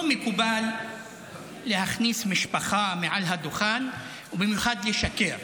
לא מקובל להכניס משפחה מעל הדוכן, ובמיוחד לשקר.